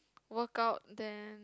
work out then